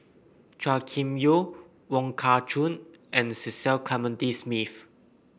Chua Kim Yeow Wong Kah Chun and Cecil Clementi Smith